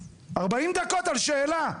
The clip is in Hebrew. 40 דקות על שאלה.